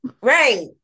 right